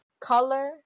color